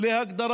ללא הבדל